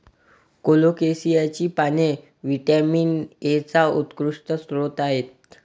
कोलोकेसियाची पाने व्हिटॅमिन एचा उत्कृष्ट स्रोत आहेत